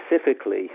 specifically